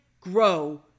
grow